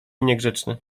niegrzeczny